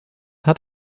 hat